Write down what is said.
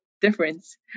difference